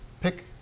Pick